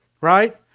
right